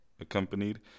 accompanied